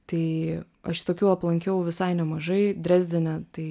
tai aš tokių aplankiau visai nemažai dresdene tai